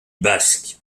basque